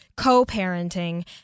co-parenting